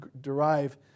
derive